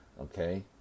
Okay